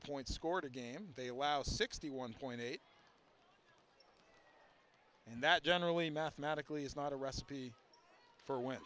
point scored a game they allow sixty one point eight and that generally mathematically is not a recipe for w